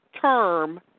term